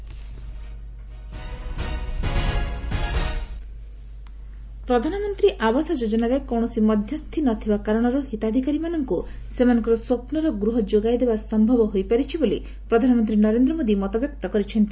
PM Modi Gujarat ପ୍ରଧାନମନ୍ତ୍ରୀ ଆବାସ ଯୋଜନାରେ କୌଣସି ମଧ୍ୟସ୍ଥି ନଥିବା କାରଣରୁ ହିତାଧିକାରୀମାନଙ୍କୁ ସେମାନଙ୍କର ସ୍ୱପ୍ନର ଗୃହ ଯୋଗାଇଦେବା ସମ୍ଭବ ହୋଇପାରିଛି ବୋଲି ପ୍ରଧାନମନ୍ତ୍ରୀ ନରେନ୍ଦ୍ର ମୋଦି ମତବ୍ୟକ୍ତ କରିଛନ୍ତି